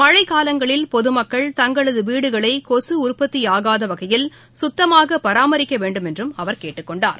மழைகாலங்களில் பொதமக்கள் தங்களதுவீடுகளைகொசுஉற்பத்தியாகாதவகையில் சுத்தமாகபராமரிக்கவேண்டும் என்றும் அவர் கேட்டுக்கொண்டார்